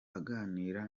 aganira